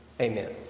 Amen